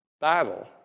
battle